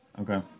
Okay